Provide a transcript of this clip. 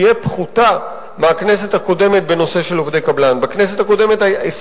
תהיה להם היכולת לגשת לספרי הלימוד וחוברות